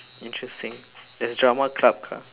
interesting there is drama club ah